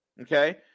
okay